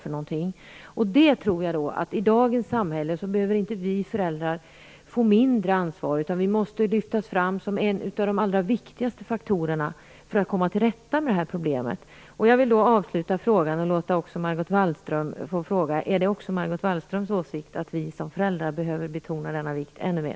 Jag tror inte att vi föräldrar i dagens samhälle behöver få mindre ansvar. Vi måste tvärtom lyftas fram som en av de allra viktigaste faktorerna för att komma till rätta med detta problem. Jag vill avsluta med att fråga Margot Wallström om det också är hennes åsikt att vi som föräldrar behöver betona vikten av detta ännu mer.